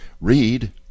Read